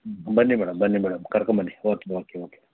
ಬನ್ನಿ ಮೇಡಮ್ ಬನ್ನಿ ಮೇಡಮ್ ಕರ್ಕೊಂಡು ಬನ್ನಿ ಓಕೆ ಓಕೆ ಓಕೆ